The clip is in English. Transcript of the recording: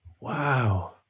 Wow